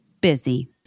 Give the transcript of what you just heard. busy